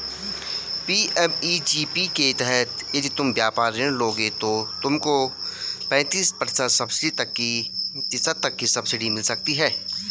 PMEGP के तहत यदि तुम व्यापार ऋण लोगे तो तुमको पैंतीस प्रतिशत तक की सब्सिडी मिल सकती है